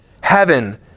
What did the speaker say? Heaven